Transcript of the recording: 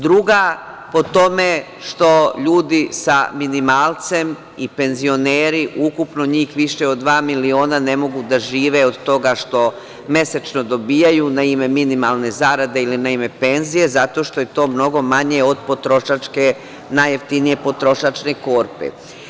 Druga, po tome što ljudi sa minimalcem i penzioneri, ukupno njih više od dva miliona ne mogu da žive od toga što mesečno dobijaju na ime minimalne zarade ili na ime penzije, zato što je to mnogo manje od najjeftinije potrošačke korpe.